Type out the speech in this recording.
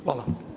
Hvala.